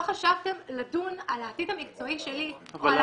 לא חשבתם לדון על העתיד המקצועי שלי או על